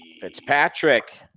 Fitzpatrick